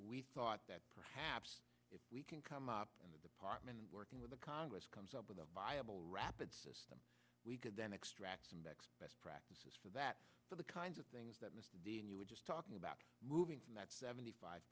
we thought that perhaps if we can come up in the department working with the congress comes up with a viable rapid system we could then extract some best practices for that for the kinds of things that you were just talking about moving from that seventy five